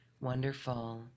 Wonderful